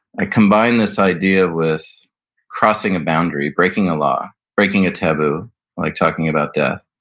i combined this idea with crossing a boundary, breaking a law. breaking a taboo like talking about death,